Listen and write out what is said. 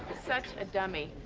such a dummy.